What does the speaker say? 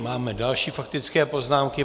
Máme další faktické poznámky.